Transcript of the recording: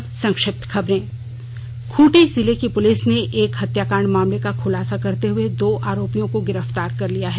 अब संक्षिप्त खबरें खूंटी जिले की पुलिस ने एक हत्याकांड मामले का खूलासा करते हुए दो आरोपियों को गिरफ़तार कर लिया है